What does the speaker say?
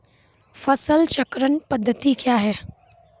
फसल चक्रण पद्धति क्या हैं?